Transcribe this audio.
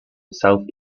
south